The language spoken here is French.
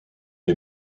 est